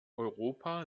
europa